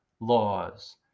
laws